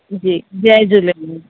जी जय झूलेलाल